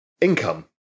income